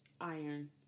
iron